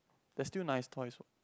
there's still nice toys what